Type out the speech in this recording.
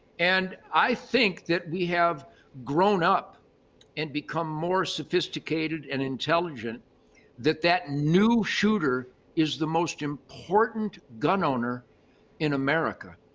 and i think that we have grown up and become more sophisticated and intelligent that that new shooter is the most important gun owner in america.